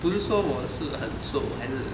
不是说我是很瘦还是